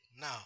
Now